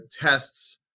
tests